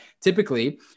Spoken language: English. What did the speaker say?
typically